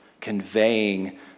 conveying